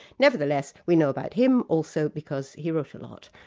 nevertheless we know about him also because he wrote a lot.